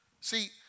See